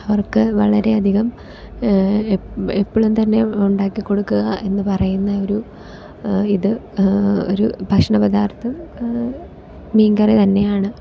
അവർക്ക് വളരെയധികം എപ്പളും തന്നെ ഉണ്ടാക്കി കൊടുക്കുക എന്ന് പറയുന്ന ഒരു ഇത് ഒരു ഭക്ഷണപദാർത്ഥം മീൻ കറി തന്നെയാണ്